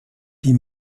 die